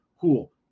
Cool